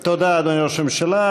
תודה, תודה, אדוני ראש הממשלה.